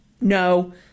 no